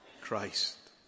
Christ